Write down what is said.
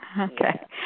Okay